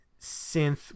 synth